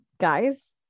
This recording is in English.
guys